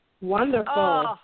Wonderful